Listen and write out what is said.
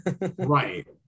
right